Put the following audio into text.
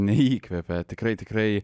neįkvepia tikrai tikrai